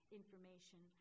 information